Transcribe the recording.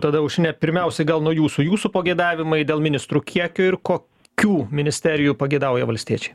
tada aušrine pirmiausiai gal nuo jūsų jūsų pageidavimai dėl ministrų kiekio ir kokių ministerijų pageidauja valstiečiai